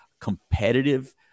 competitive